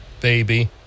baby